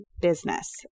business